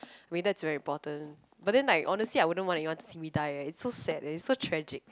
I mean that's very important but then like honestly I wouldn't want anyone to see me die eh it's so sad eh it's so tragic